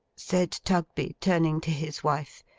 said tugby, turning to his wife,